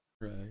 right